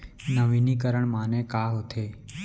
नवीनीकरण माने का होथे?